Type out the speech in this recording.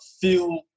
feel